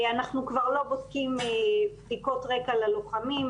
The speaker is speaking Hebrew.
אנחנו כבר לא בודקים בדיקות רקע ללוחמים.